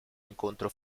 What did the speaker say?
incontro